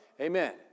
Amen